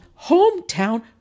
Hometown